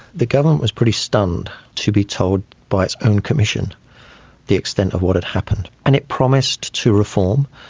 the government was pretty stunned to be told by its own commission the extent of what had happened. and it promised to reform.